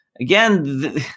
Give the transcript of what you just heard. Again